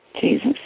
Jesus